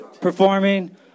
performing